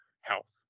health